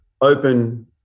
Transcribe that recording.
open